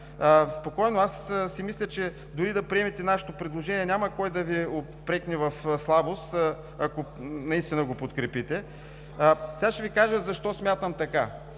Спокойно, аз си мисля, че дори да приемете нашето предложение, няма кой да Ви упрекне в слабост, ако наистина го подкрепите. Сега ще Ви кажа защо смятам така.